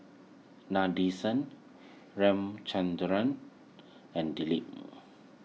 Nadesan and Dilip